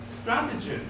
strategy